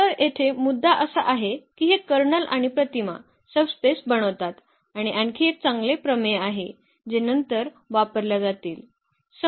तर येथे मुद्दा असा आहे की हे कर्नल आणि प्रतिमा सब स्पेस बनवतात आणि आणखी एक चांगले प्रमेय आहे जे नंतर वापरल्या जातील